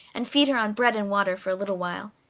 and feed her on bread and water for a little while,